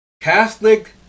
Catholic